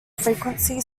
frequency